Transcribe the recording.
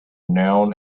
known